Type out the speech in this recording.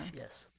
yes.